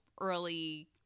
early